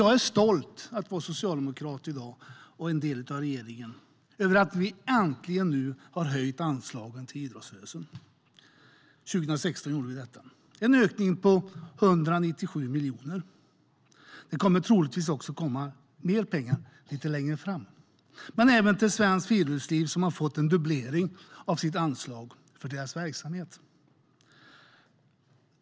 Jag är stolt över att vara socialdemokrat i dag och en del av regeringen. Vi har nu äntligen höjt anslaget till idrottsrörelsen. Det har vi gjort under 2016, med en ökning på 197 miljoner. Det kommer troligtvis att komma mer pengar lite längre fram också. Även Svenskt Friluftsliv har fått en dubblering av anslaget för sin verksamhet.